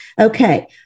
Okay